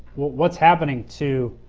what's happening to